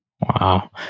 Wow